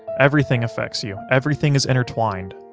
everything affects you, everything is intertwined,